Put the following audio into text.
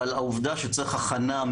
אבל העובדה שצריך הכנה,